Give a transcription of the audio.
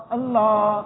Allah